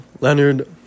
Leonard